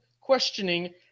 questioning